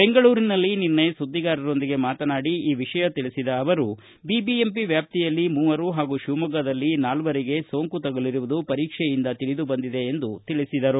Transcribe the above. ಬೆಂಗಳೂರಿನಲ್ಲಿ ನಿನ್ನೆ ಸುದ್ದಿಗಾರರೊಂದಿಗೆ ಮಾತನಾಡಿ ಈ ವಿಷಯ ತಿಳಿಸಿದ ಅವರು ಬಿಬಿಎಂಪಿ ವ್ಯಾಪ್ತಿಯಲ್ಲಿ ಮೂವರು ಪಾಗೂ ಶಿವಮೊಗ್ಗದಲ್ಲಿ ನಾಲ್ವರಿಗೆ ಸೋಂಕು ತಗುಲಿರುವುದು ಪರೀಕ್ಷೆಯಿಂದ ತಿಳಿದುಬಂದಿದೆ ಎಂದು ಪೇಳಿದರು